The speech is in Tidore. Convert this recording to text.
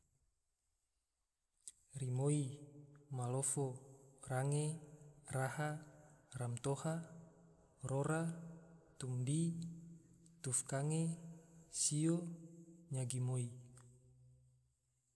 Rimoi, malofo, range, raha, romtoha, rora, tomdi, tufkange, sio, nyagimoi